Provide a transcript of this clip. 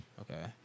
Okay